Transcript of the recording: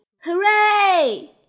hooray